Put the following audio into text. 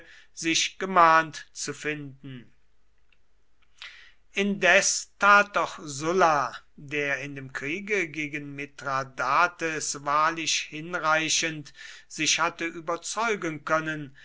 sich gemahnt zu finden indes tat doch sulla der in dem kriege gegen mithradates wahrlich hinreichend sich hatte überzeugen können